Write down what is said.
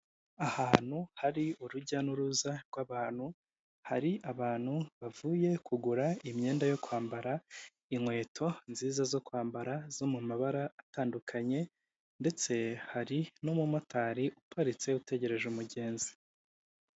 Ahantu hari urujya n'uruza rw'abantu hari abantu bavuye kugura imyenda yo kwambara, inkweto nziza zo kwambara zo mu mabara atandukanye ndetse hari n'umumotari Uparitse utegereje umugenzi.